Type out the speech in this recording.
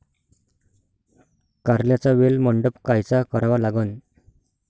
कारल्याचा वेल मंडप कायचा करावा लागन?